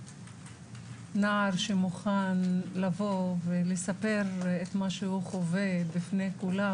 מדובר בנער שמוכן לבוא ולספר את מה שהוא חווה בפני כולם,